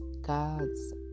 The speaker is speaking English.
God's